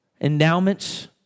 endowments